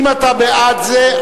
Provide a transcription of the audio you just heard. אם אתה בעד זה,